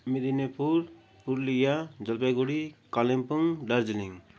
Medinipur Purulia Jalpaiguri Kalimpong Darjeeling